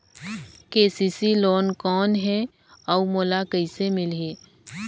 KCC loan कौन हे अउ मोला कइसे मिलही?